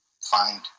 find